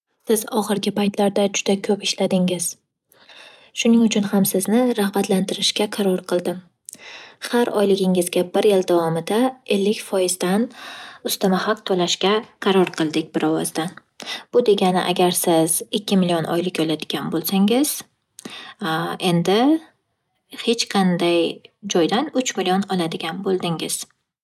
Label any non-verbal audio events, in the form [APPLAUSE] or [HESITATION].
Siz oxirgi paytlarda juda ko'p ishladingiz. Shuning uchun ham sizni rag'batlantirishga qaror qildim. Har oyligingizga bir yil davomida ellik foizdan ustama haq to'lashga qaror qildik bir ovozdan. Bu degani agar siz ikki million oylik oladigan bo'lsangiz [HESITATION] endi hech qanday joydan uch million oladigan bo'ldingiz.